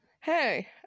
Hey